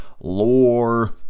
lore